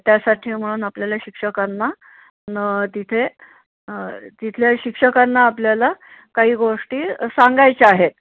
त्यासाठी म्हणून आपल्याला शिक्षकांना न तिथे तिथल्या शिक्षकांना आपल्याला काही गोष्टी सांगायच्या आहेत